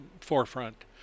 forefront